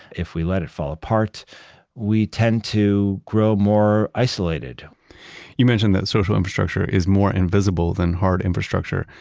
if we let it fall apart we tend to grow more isolated you mentioned that social infrastructure is more invisible than hard infrastructure.